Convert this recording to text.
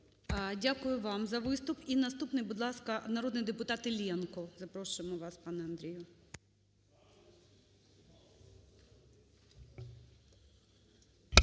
Дякую вам за виступ. І наступний, будь ласка, народний депутат Іллєнко. Запрошуємо вас, пане Андрію.